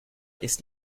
ist